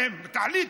תחליטו.